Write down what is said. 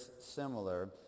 similar